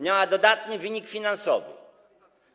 Miała dodatni wynik finansowy.